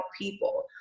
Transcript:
people